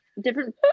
different